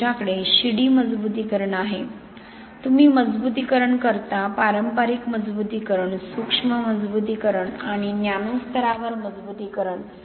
तर तुमच्याकडे शिडी मजबुतीकरण आहे तुम्ही मजबुतीकरण करता पारंपारिक मजबुतीकरण सूक्ष्म मजबुतीकरण आणि नॅनो स्तरावर मजबुतीकरण